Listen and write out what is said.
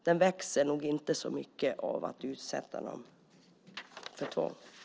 Den växer nog inte så mycket genom att de unga utsätts för tvång.